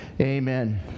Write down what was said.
Amen